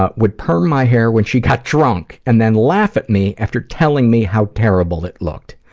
ah would perm my hair when she got drunk and then laugh at me after telling me how terrible it looked.